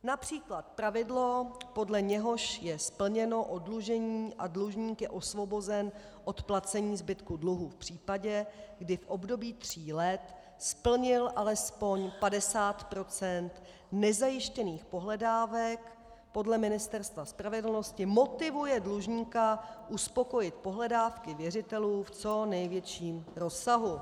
Například pravidlo, podle něhož je splněno oddlužení a dlužník je osvobozen od placení zbytku dluhu v případě, kdy v období tří let splnil alespoň 50 % nezajištěných pohledávek, podle Ministerstva spravedlnosti motivuje dlužníka uspokojit pohledávky věřitelů v co největším rozsahu.